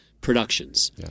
Productions